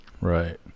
Right